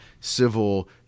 civil